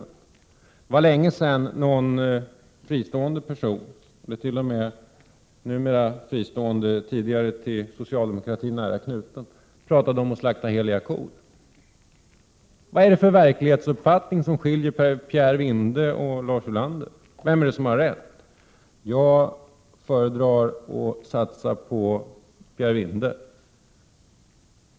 Det var länge sedan en fristående person — tidigare nära knuten till socialdemokratin — talade om att slakta heliga kor. Vad är det för verklighetsuppfattning som skiljer Pierre Vinde och Lars Ulander? Vem är det som har rätt? Jag föredrar att satsa på Pierre Vinde.